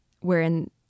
wherein